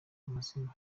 amazina